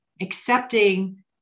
accepting